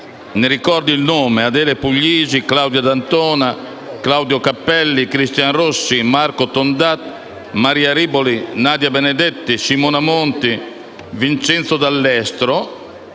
ne ricordo i nomi - Adele Puglisi, Claudia Maria D'Antona, Claudio Cappelli, Cristian Rossi, Marco Tondat, Maria Rivoli, Nadia Benedetti, Simona Monti e Vincenzo D'Allestro,